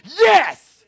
Yes